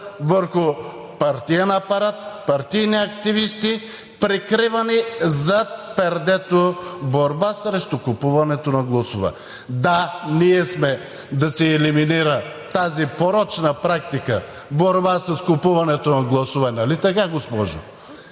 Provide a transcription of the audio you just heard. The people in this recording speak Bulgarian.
върху партиен апарат, партийни активисти, прикривани зад пердето „борба срещу купуването на гласове“. Да, ние сме да се елиминира тази порочна практика „борба с купуването на гласове“, нали така, госпожо?